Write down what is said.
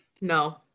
No